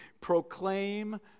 proclaim